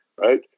right